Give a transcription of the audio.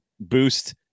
boost